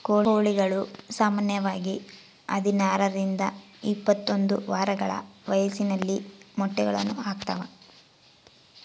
ಕೋಳಿಗಳು ಸಾಮಾನ್ಯವಾಗಿ ಹದಿನಾರರಿಂದ ಇಪ್ಪತ್ತೊಂದು ವಾರಗಳ ವಯಸ್ಸಿನಲ್ಲಿ ಮೊಟ್ಟೆಗಳನ್ನು ಹಾಕ್ತಾವ